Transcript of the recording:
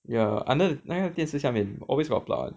ya under the 那个电视下面 always got plug [one]